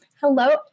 Hello